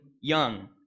Young